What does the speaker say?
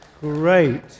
Great